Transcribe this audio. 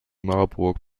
marburg